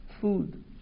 food